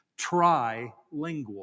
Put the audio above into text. trilingual